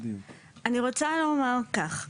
אני רוצה לומר כך,